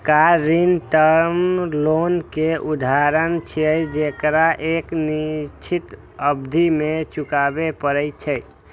car ऋण term loan के उदाहरण छियै, जेकरा एक निश्चित अवधि मे चुकबै पड़ै छै